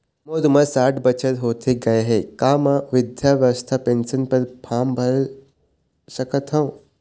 मोर उमर साठ बछर होथे गए हे का म वृद्धावस्था पेंशन पर फार्म डाल सकत हंव?